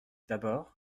d’abord